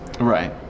right